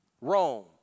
Rome